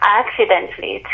accidentally